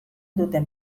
duten